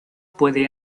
puede